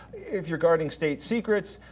if you're guarding state secrets,